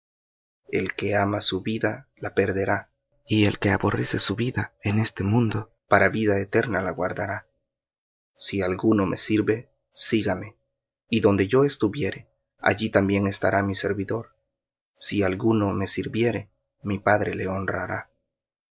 el que ama su vida la perderá y el que aborrece su vida en este mundo para vida eterna la guardará si alguno me sirve sígame y donde yo estuviere allí también estará mi servidor si alguno me sirviere mi padre le honrará